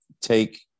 take